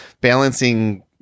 balancing